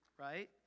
right